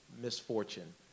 misfortune